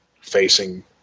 facing